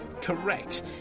Correct